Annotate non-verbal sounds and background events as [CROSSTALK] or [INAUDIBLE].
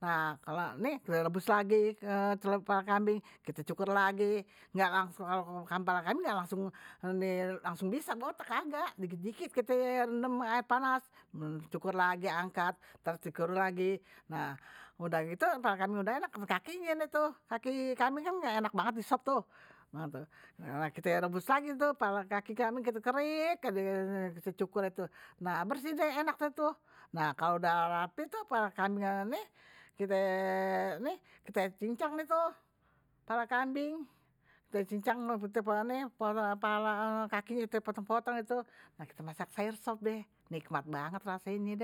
nah kalo ini kite rebus lagi celep kepala kambing kite cukur lagi [HESITATION] kepala kambing engga langsung, kepala kambing engga langsung botak kagak dikit dikit kite rendem aer panas, cukur lagi angkat cukur lagi ntar cukur lagi udah gitu kalo kepala kambing udah enak kakinye deh tuh, kaki kambing kan enak banget di sop tuh. nah kite rebus lagi kepala kaki kambing kite kerik, kite cukur deh tuh, nah kalo udah rapi kepala kambing ame nih [HESITATION] kite cincang deh tuh kepala kambing kite cincang kakinye kite potong potong deh tuh nah kite masak sayur sop deh nikmat banget rasanye.